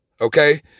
Okay